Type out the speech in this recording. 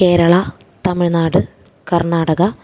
Keralam Tamil Nadu Karnataka